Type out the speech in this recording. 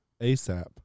ASAP